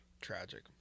tragic